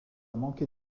manquer